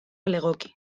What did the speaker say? legoke